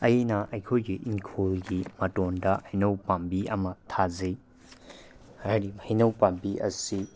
ꯑꯩꯅ ꯑꯩꯈꯣꯏꯒꯤ ꯍꯤꯡꯈꯣꯜꯒꯤ ꯃꯇꯣꯟꯗ ꯍꯩꯅꯧ ꯄꯥꯝꯕꯤ ꯑꯃ ꯊꯥꯖꯩ ꯍꯥꯏꯔꯤꯕ ꯍꯩꯅꯧ ꯄꯥꯝꯕꯤ ꯑꯁꯤ